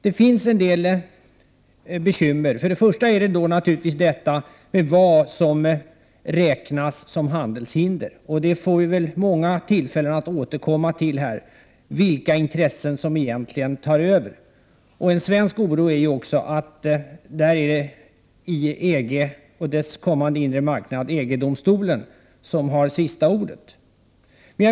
Det finns en del bekymmer i detta sammanhang, och jag vill först peka på vad som kommer att räknas som handelshinder. Vi kommer väl att få många tillfällen att återigen dryfta vilka intressen som i detta sammanhang kommer att väga över. I Sverige är vi oroade över att det inom EG och dess kommande inre marknad blir EG-domstolen som får det sista ordet.